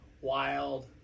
wild